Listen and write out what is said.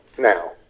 now